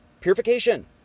purification